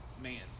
man